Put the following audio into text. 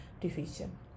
division